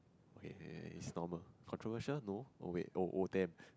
okay okay okay is normal controversial no oh wait oh oh damn